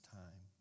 time